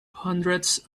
hundreds